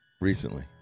recently